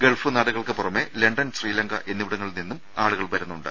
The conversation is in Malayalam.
ഗൾഫ് നാടുകൾക്ക് പുറമെ ലണ്ടൻ ശ്രീലങ്ക എന്നിവിടങ്ങളിൽനിന്നും ആളുകൾ വരുന്നുണ്ട്